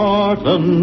Martin